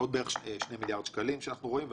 עוד בערך שני מיליארד שקלים שאנחנו רואים,